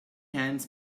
hands